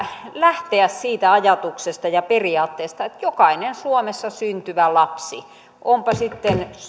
lähteä siitä ajatuksesta ja periaatteesta että jokainen suomessa syntyvä lapsi onpa sitten